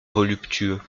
voluptueux